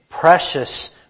precious